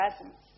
presence